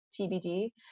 TBD